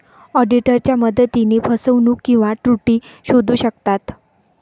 ऑडिटरच्या मदतीने फसवणूक किंवा त्रुटी शोधू शकतात